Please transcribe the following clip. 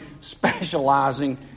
specializing